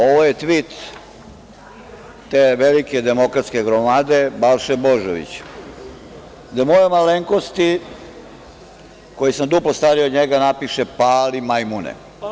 Ovo je tvit te velike demokratske gromade Balše Božovića, gde mojoj malenkosti kojoj sam duplo stariji napiše – pali majmune.